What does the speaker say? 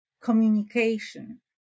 communication